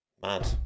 Mad